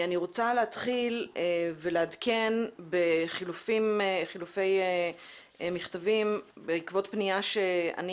אני רוצה להתחיל ולעדכן בחילופי מכתבים בעקבות פנייה שאני